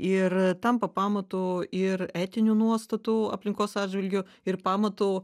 ir tampa pamatu ir etinių nuostatų aplinkos atžvilgiu ir pamatu